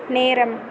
நேரம்